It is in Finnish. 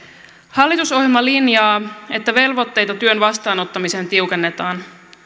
hallitusohjelma linjaa että velvoitteita työn vastaanottamiseen tiukennetaan